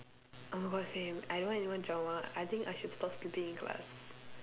oh my god same I don't want anymore drama I think I should stop sleeping in class